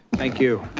thank you.